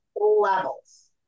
levels